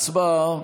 הצבעה.